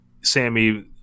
Sammy